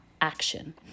action